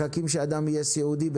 מחכים שאדם יהיה סיעודי,